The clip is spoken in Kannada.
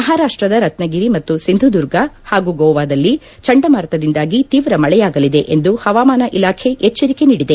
ಮಹಾರಾಷ್ಟದ ರತ್ನಗಿರಿ ಮತ್ತು ಸಿಂಧುದುರ್ಗ ಹಾಗೂ ಗೋವಾದಲ್ಲಿ ಚಂಡಮಾರುತದಿಂದಾಗಿ ತೀವ್ರ ಮಳೆಯಾಗಲಿದೆ ಎಂದು ಹವಾಮಾನ ಇಲಾಖೆ ಎಚ್ಚರಿಕೆ ನೀಡಿದೆ